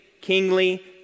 kingly